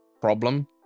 problem